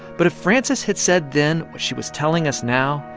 but if frances had said then what she was telling us now,